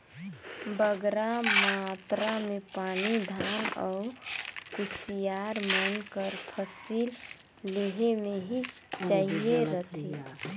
बगरा मातरा में पानी धान अउ कुसियार मन कर फसिल लेहे में ही चाहिए रहथे